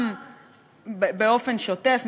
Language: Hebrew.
גם באופן שוטף,